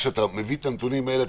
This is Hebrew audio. כשאתה מביא את הנתונים האלה,